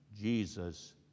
Jesus